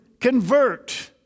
convert